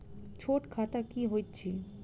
छोट खाता की होइत अछि